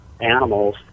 animals